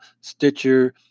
Stitcher